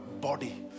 body